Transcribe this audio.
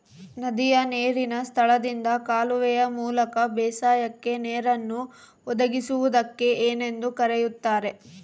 ನದಿಯ ನೇರಿನ ಸ್ಥಳದಿಂದ ಕಾಲುವೆಯ ಮೂಲಕ ಬೇಸಾಯಕ್ಕೆ ನೇರನ್ನು ಒದಗಿಸುವುದಕ್ಕೆ ಏನೆಂದು ಕರೆಯುತ್ತಾರೆ?